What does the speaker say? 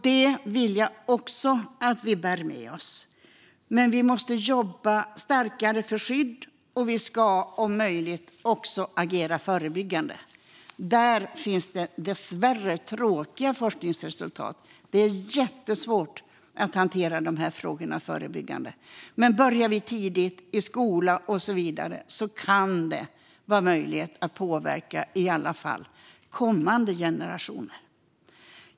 Det vill jag också att vi bär med oss. Men vi måste jobba stärkande för skydd, och vi ska om möjligt också agera förebyggande. Där finns det dessvärre tråkiga forskningsresultat. Det är jättesvårt att agera förebyggande i de här frågorna. Men börjar vi tidigt, i skola och så vidare, kan det vara möjligt att påverka i alla fall kommande generationer.